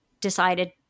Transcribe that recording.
decided